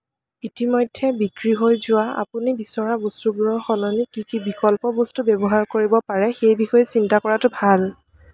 ইতিমধ্যে বিক্ৰী হৈ যোৱা আপুনি বিচৰা বস্তুবোৰৰ সলনি কি কি বিকল্প বস্তু ব্যৱহাৰ কৰিব পাৰে সেই বিষয়ে চিন্তা কৰাটো ভাল